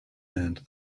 hand